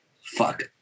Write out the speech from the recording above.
fuck